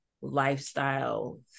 lifestyle